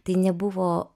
tai nebuvo